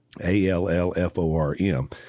a-l-l-f-o-r-m